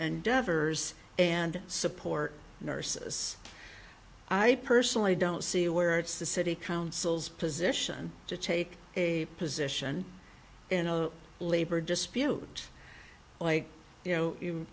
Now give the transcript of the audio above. and devers and support nurses i personally don't see where it's the city council's position to take a position in a labor dispute like you know you